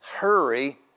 hurry